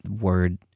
word